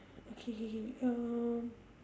okay K K um